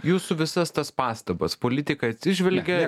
jūsų visas tas pastabas politikai atsižvelgia